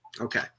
okay